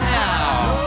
now